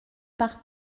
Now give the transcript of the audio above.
par